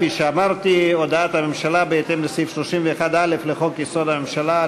כפי שאמרתי: הודעת הממשלה בהתאם לסעיף 31(א) לחוק-יסוד: הממשלה,